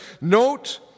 note